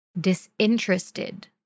disinterested